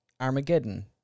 Armageddon